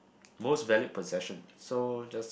most valued possession so just